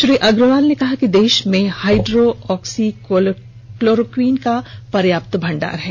श्री अग्रवाल ने कहा कि देश में हाइड्रो ऑक्सी क्लोरोक्वीनीन का पर्याप्त भंडार है